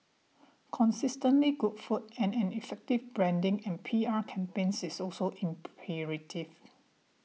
consistently good food and an effective branding and P R campaigns is also imperative